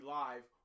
live